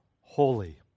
holy